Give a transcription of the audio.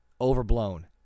overblown